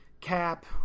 Cap